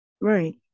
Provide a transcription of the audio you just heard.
right